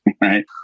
right